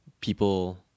people